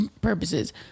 purposes